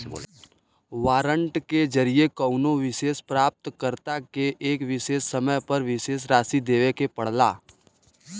warrant के जरिये कउनो विशेष प्राप्तकर्ता के एक विशेष समय पर विशेष राशि देवे के पड़ला